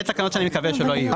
אלה תקנות שאני מקווה שלא יהיו.